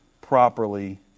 properly